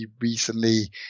recently